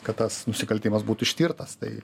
kad tas nusikaltimas būtų ištirtas tai